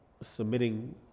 submitting